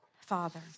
Father